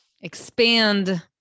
expand